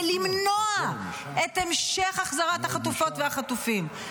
למנוע את המשך החזרת החטופות והחטופים.